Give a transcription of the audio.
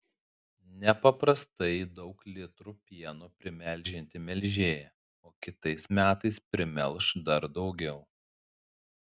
nepaprastai daug litrų pieno primelžianti melžėja o kitais metais primelš dar daugiau